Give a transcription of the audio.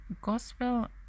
gospel